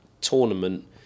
tournament